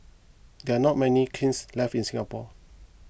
there are not many kilns left in Singapore